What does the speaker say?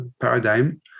paradigm